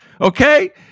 Okay